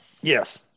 Yes